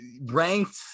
ranked